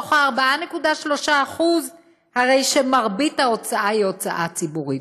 מתוך ה-4.3% הרי מרבית ההוצאה היא הוצאה ציבורית.